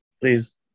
Please